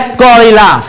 gorilla